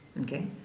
Okay